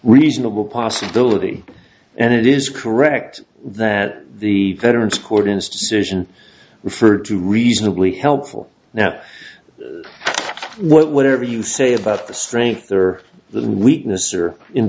reasonable possibility and it is correct that the veterans cordons decision referred to reasonably helpful now what whatever you say about the strength or the weakness or in